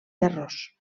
terrós